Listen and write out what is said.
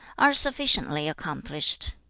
are sufficiently accomplished.